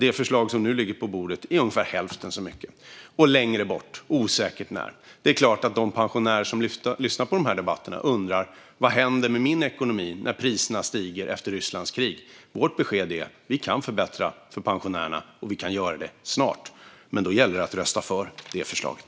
Det förslag som nu ligger på bordet är ungefär hälften så mycket och längre bort, osäkert när. Det är klart att de pensionärer som lyssnar på de här debatterna undrar vad som händer med deras ekonomi när priserna stiger efter Rysslands krig. Vårt besked är att vi kan förbättra för pensionärerna, och vi kan göra det snart. Men då gäller det att rösta för det förslaget.